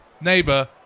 neighbor